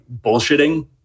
bullshitting